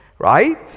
Right